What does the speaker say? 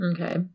Okay